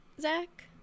zach